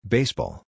Baseball